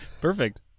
Perfect